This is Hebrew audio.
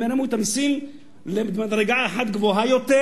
אם ירימו את המסים למדרגה אחת גבוהה יותר